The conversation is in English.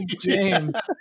James